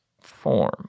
form